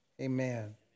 Amen